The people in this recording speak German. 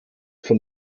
von